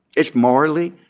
it's morally,